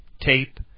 tape